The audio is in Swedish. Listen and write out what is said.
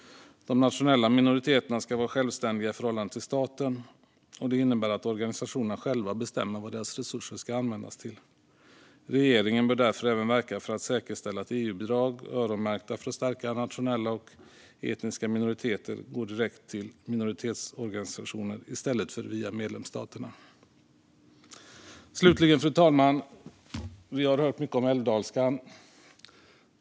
De nationella minoriteterna ska vara självständiga i förhållande till staten, och det innebär att organisationerna själva bestämmer vad deras resurser ska användas till. Regeringen bör därför även verka för att säkerställa att EU-bidrag, öronmärkta för att stärka nationella och etniska minoriteter, går direkt till minoritetsorganisationer i stället för via medlemsstaterna. Fru talman! Vi har hört mycket om älvdalskan.